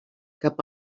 cap